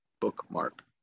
bookmark